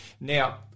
Now